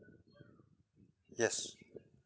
yes